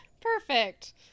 Perfect